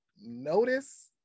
notice